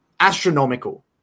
astronomical